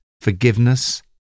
forgiveness